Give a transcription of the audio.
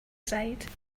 side